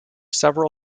several